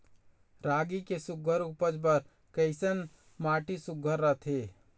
रागी के सुघ्घर उपज बर कैसन माटी सुघ्घर रथे?